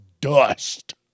dust